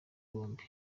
bombi